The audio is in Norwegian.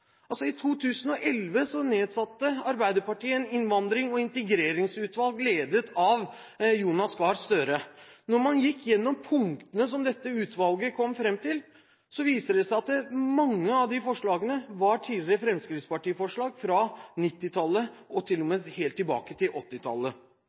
I 2011 nedsatte Arbeiderpartiet et innvandrings- og integreringsutvalg, ledet av Jonas Gahr Støre. Når man går gjennom punktene som dette utvalget kom fram til, viser det seg at mange av forslagene er tidligere fremskrittspartiforslag fra 1990-tallet og til og